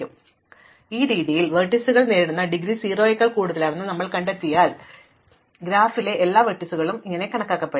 അതിനാൽ എനിക്ക് മൂന്നാമത്തെ ശീർഷകം ലഭിക്കുന്നു അതിനാൽ ഈ രീതിയിൽ ലംബങ്ങൾ നേരിടുന്ന ഡിഗ്രി 0 നേക്കാൾ കൂടുതലാണെന്ന് ഞാൻ കണ്ടെത്തിയാൽ ഒടുവിൽ എന്റെ ഗ്രാഫിലെ എല്ലാ വെർട്ടീസുകളും ഞാൻ കണക്കാക്കണം